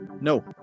No